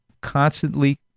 constantly